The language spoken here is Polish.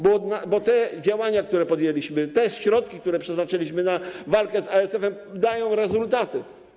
Bo te działania, które podjęliśmy, te środki, które przeznaczyliśmy na walkę z ASF-em, dają rezultaty.